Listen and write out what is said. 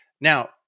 Now